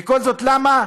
וכל זאת למה?